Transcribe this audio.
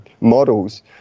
models